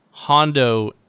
Hondo